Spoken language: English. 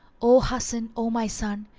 o hasan, o my son,